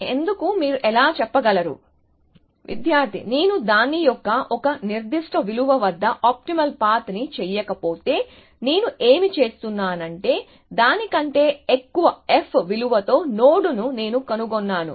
విద్యార్థి ఎందుకు మీరు ఎలా చెప్పగలరు విద్యార్థి నేను దాని యొక్క ఒక నిర్దిష్ట విలువ వద్ద ఆప్టిమల్ పాత్ ని చేయకపోతే నేను ఏమి చేస్తున్నానంటే దాని కంటే ఎక్కువ f విలువతో నోడ్ను నేను కనుగొన్నాను